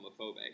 homophobic